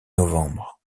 novembre